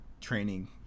training